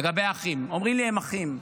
לגבי האחים, אומרים לי: הם אחים.